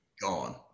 gone